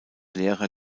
lehrer